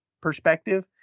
perspective